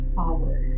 power